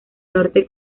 norte